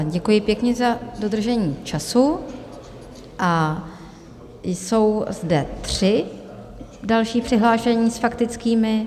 Děkuji pěkně za dodržení času a jsou zde tři další přihlášení s faktickými.